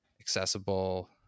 accessible